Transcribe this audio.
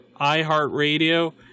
iHeartRadio